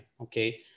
okay